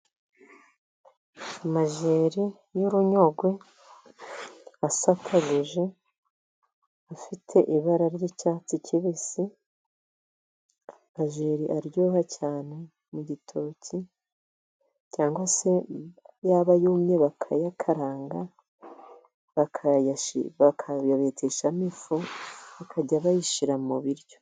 Amajeri y'urunyogwe asataguje, afite ibara ry'icyatsi kibisi, amajeri aryoha cyane mu gitoki, cyangwa se yaba yumye bakayakaranga; bakayabeteshamo ifu, bakajya bayishyira mu biryo.